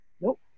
Nope